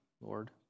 Lord